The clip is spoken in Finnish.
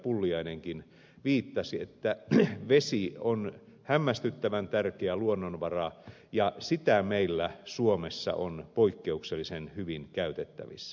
pulliainenkin viittasi vesi on hämmästyttävän tärkeä luonnonvara ja sitä meillä suomessa on poikkeuksellisen hyvin käytettävissä